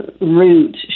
route